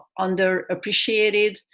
underappreciated